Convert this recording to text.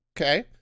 okay